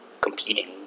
competing